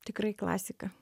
tikrai klasika